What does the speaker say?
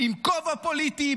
עם כובע פוליטי,